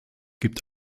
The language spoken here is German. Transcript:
gibt